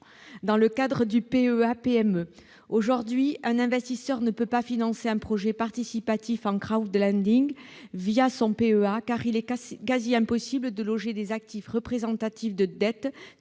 dans le cadre du PEA-PME. Aujourd'hui, un investisseur ne peut pas financer un projet participatif en son PEA, car il est quasi impossible de loger des actifs représentatifs de dettes,